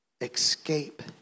escape